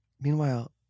Meanwhile